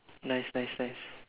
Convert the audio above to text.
nice nice nice